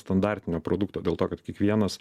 standartinio produkto dėl to kad kiekvienas